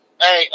Hey